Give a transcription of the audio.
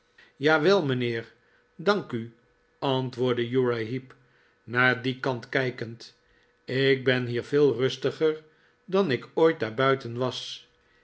jawel mijnheer dank u antwoordde uriah heep naar dien kant kijkend ik ben hier veel rustiger dan ik ooit daarbuiten was